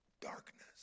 darkness